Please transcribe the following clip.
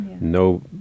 no